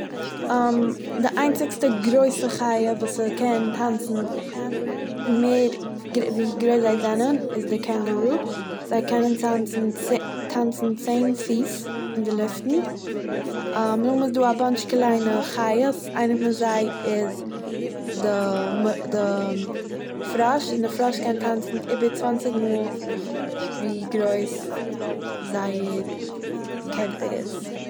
די איינציגסטע גרויסע חי' וואס ס'קען טאנצען מער ווי גרויס זיי זענען איז די קענגערויא זיי קענען טאצען צ- טאנצען צען פיס אין די לופטען נאכדעם איז דא א באנטש קליינע חיות איינער פון זיי איז די די מ פראש און דער פראש קען טאנצען איבער צוואנציג מאל ווי גרויס זייער קערפער איז.